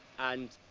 and